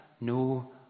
no